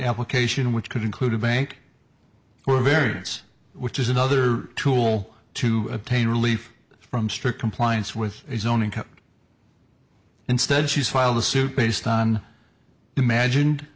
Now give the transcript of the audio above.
application which could include a bank or a variance which is another tool to obtain relief from strict compliance with his own income instead she's filed a suit based on imagined